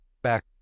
back